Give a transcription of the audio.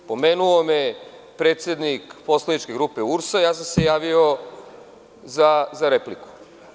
Pomenuo me je predsednik poslaničke grupe URS-a i ja sam se javio za repliku.